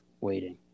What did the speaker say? waiting